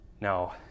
Now